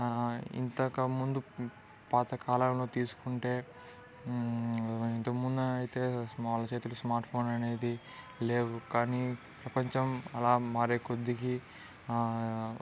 ఇంతకుముందు పాత కాలంలో తీసుకుంటే ఇంతకుముందు అయితే వాళ్ళ చేతిలో స్మార్ట్ ఫోన్ అనేది లేవు కానీ ప్రపంచం అలా మారే కొద్ది